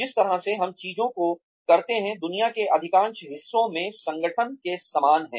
जिस तरह से हम चीजों को करते हैं दुनिया के अधिकांश हिस्सों में संगठनों के समान है